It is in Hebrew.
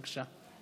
בבקשה.